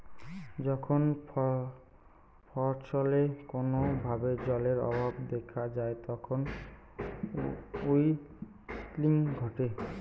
যখন ফছলে কোনো ভাবে জলের অভাব দেখা যায় তখন উইল্টিং ঘটে